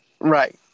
right